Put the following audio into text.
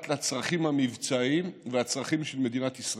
לצרכים המבצעיים והצרכים של מדינת ישראל.